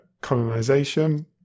colonization